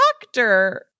doctor